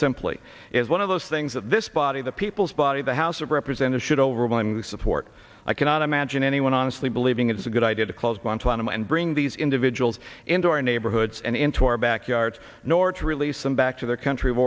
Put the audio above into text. simply is one of those things that this body the people's body the house represented should overwhelming support i cannot imagine anyone honestly believing it is a good idea to close guantanamo and bring these individuals into our neighborhoods and into our backyards nor to release them back to their country of